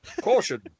Caution